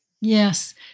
Yes